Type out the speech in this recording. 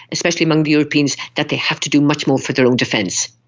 especially among the europeans, that they have to do much more for their own defence.